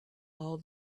all